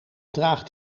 draagt